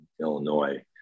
Illinois